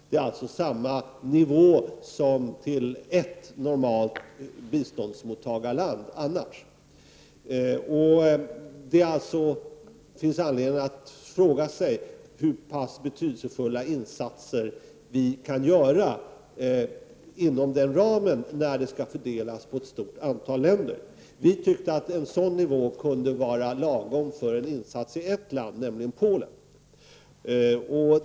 Det är alltså samma nivå som till ett normalt biståndstagarland. Det finns alltså anledning att fråga sig hur pass betydelsefulla insatser vi verkligen kan göra inom den ramen — biståndet skall ju fördelas på ett stort antal länder. Vi tycker att en sådan nivå kunde vara lagom för insatser i ett enda land, nämligen Polen.